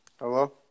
Hello